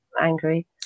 angry